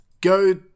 Go